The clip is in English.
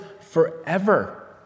forever